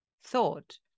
thought